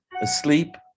asleep